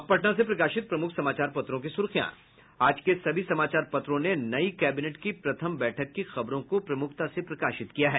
अब पटना से प्रकाशित प्रमुख समाचार पत्रों की सुर्खियां आज के सभी समाचार पत्रों ने नई कैबिनेट की प्रथम बैठक की खबरों को प्रमुखता से प्रकाशित किया है